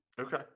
Okay